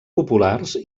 populars